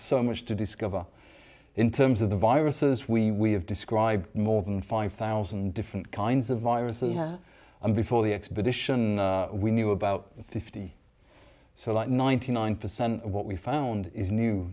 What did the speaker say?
so much to discover in terms of the viruses we have described more than five thousand different kinds of viruses and before the expedition we knew about fifty or so like ninety nine percent of what we found is